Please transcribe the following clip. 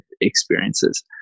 experiences